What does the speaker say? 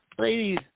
Ladies